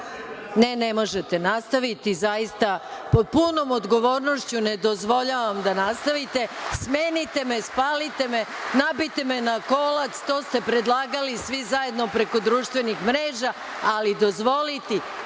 ne možete nastaviti, zaista. Pod punom odgovornošću ne dozvoljavam da nastavite. Smenite me, spalite me, nabijte me na kolac, to ste predlagali svi zajedno preko društveni mreža, ali dozvoliti